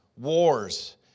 wars